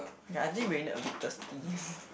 ya I think Reynerd a bit thirsty